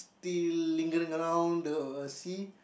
still lingering around the sea